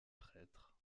prêtres